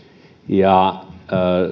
ja